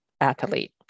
athlete